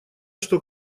что